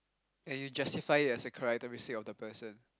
and you justify it as a characteristic of the person